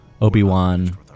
Obi-Wan